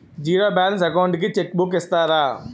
Zero balance account కి cheque book ఇస్తారా?